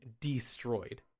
destroyed